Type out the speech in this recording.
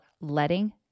letting